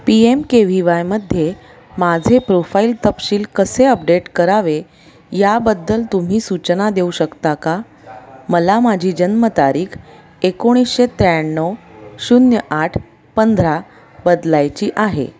P M K V वायमध्ये माझे profile तपशील कसे अपडेट करावे याबद्दल तुम्ही सूचना देऊ शकता का मला माझी जन्मतारीख एकोणीसशे त्र्याण्णव शून्य आठ पंधरा बदलायची आहे